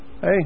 Hey